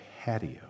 patio